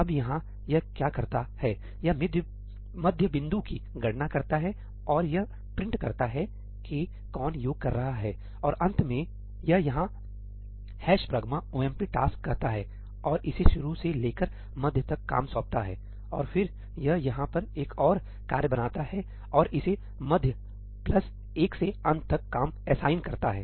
अब यहां यह क्या करता है यह मध्य बिंदु की गणना करता है और यह प्रिंट करता है कि कौन योग कर रहा हैऔर अंत में यह यहां 'hash pragma omp task' कहता है और इसे शुरू से लेकर मध्य तक काम सौंपता हैऔर फिर यह यहाँ पर एक और कार्य बनाता है और इसे मध्य प्लस 1 से अंत तक काम एसाइन करता है